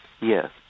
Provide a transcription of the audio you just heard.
Yes